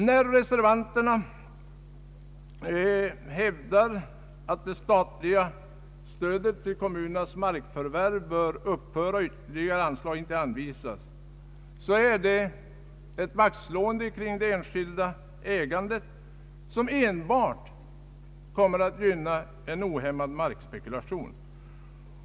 När reservanterna hävdar att det statliga stödet till kommunernas markförvärv bör upphöra och att ytterligare anslag inte bör anvisas innebär detta ett vaktslående kring det enskilda ägandet som enbart kommer att gynna en ohämmad markspekulation.